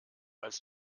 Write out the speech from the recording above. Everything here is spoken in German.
als